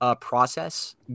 Process